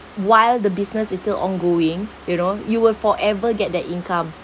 while the business is still ongoing you know you will forever get that income